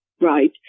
right